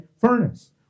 furnace